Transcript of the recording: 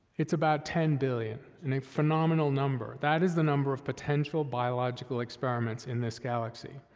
it's about ten billion, and a phenomenal number. that is the number of potential biological experiments in this galaxy,